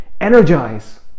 energize